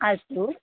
अस्तु